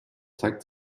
zeigt